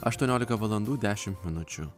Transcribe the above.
aštuoniolika valandų dešimt minučių